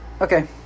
Okay